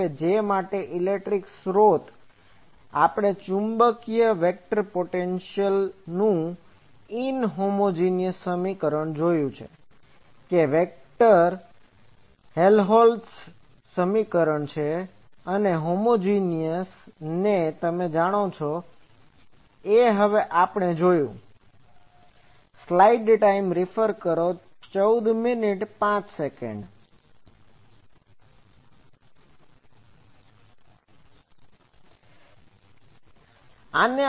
હવે J માટેનો electric સ્ત્રોતો આપણે ચુંબકીય વેક્ટર પોટેન્શિઅલનેસનું ઇનહોમોજેનીઅસ સમીકરણ જોયું છે કે વેક્ટર હેલહોલ્ટ્ઝ સમીકરણ છે અને હોમોજેનીઅસને તમે જાણો છો એ હવે આપણે જોયું